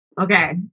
Okay